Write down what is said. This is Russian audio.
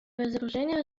разоружение